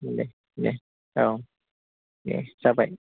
दे दे औ दे जाबाय